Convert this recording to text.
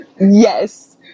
Yes